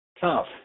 tough